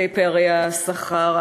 את פערי השכר.